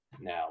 now